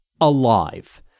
alive